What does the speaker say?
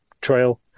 Trail